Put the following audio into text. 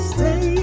Stay